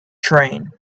train